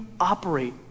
operate